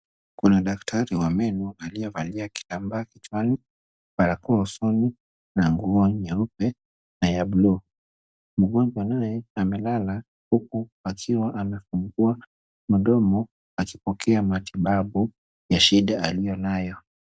Kuna daktari wa meno aliyevalia kitambaa kichwani, barakoa usoni na nguo nyeupe na ya buluu. Mgonjwa naye amelala huku akiwa amefungua mdomo akipokea matibabu ya shida aliyo nayo.